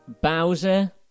Bowser